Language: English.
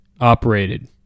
operated